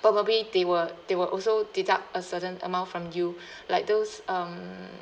probably they will they will also deduct a certain amount from you like those um